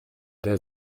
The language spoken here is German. der